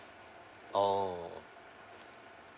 oh